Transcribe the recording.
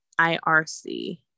irc